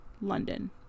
London